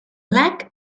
black